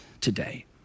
today